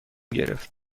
گرفت